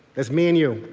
that's me and you.